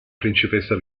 principessa